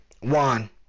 one